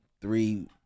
three